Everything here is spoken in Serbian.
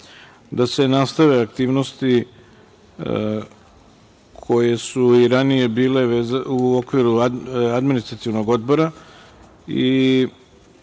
da se nastave aktivnosti koje su i ranije bile u okviru Administrativnog odbora.